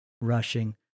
rushing